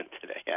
today